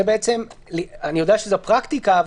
אני יודע שזו הפרקטיקה,